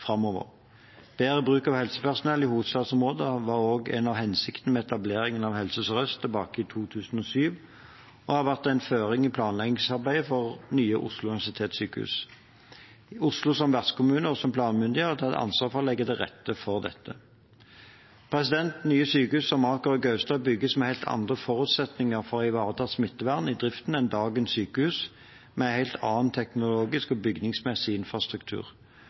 framover. Bedre bruk av helsepersonell i hovedstadsområdet var også en av hensiktene med etableringen av Helse Sør-Øst i 2007 og har vært en føring i planleggingsarbeidet for nye Oslo universitetssykehus. Oslo som vertskommune og som planmyndighet har tatt ansvar for å legge til rette for dette. Nye sykehus som Aker og Gaustad bygges med helt andre forutsetninger for å ivareta smittevern i driften enn dagens sykehus, med en helt annen teknologisk og bygningsmessig infrastruktur.